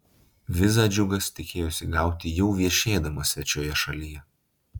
vizą džiugas tikėjosi gauti jau viešėdamas svečioje šalyje